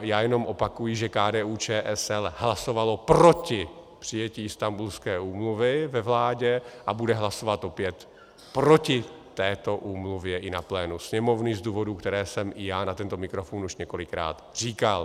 Já jenom opakuji, že KDUČSL hlasovala proti přijetí Istanbulské úmluvy ve vládě a bude hlasovat opět proti této úmluvě i na plénu Sněmovny z důvodů, které jsem i já na tento mikrofon už několikrát říkal.